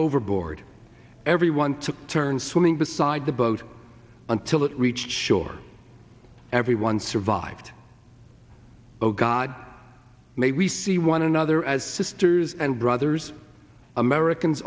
overboard everyone took turns swimming beside the boat until it reached shore everyone survived oh god may we see one another as sisters and brothers american